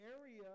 area